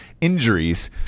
injuries